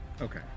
Okay